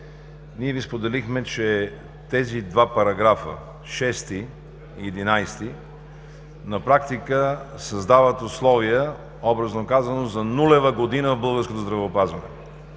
ние Ви споделихме, че тези два параграфа – 6 и 11, на практика създават условия, образно казано, за нулева година в българското здравеопазване: